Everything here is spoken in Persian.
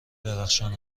درخشان